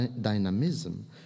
dynamism